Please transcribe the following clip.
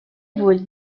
vols